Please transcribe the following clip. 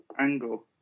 angle